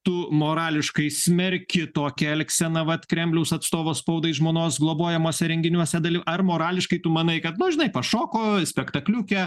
tu morališkai smerki tokią elgseną vat kremliaus atstovo spaudai žmonos globojamuose renginiuose ar morališkai tu manai kad nu žinai pašoko spektakliuke